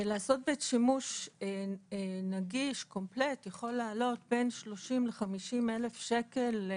לעשות בית שימוש נגיש קומפלט יכול לעלות בין 30 ל-50 אלף שקלים.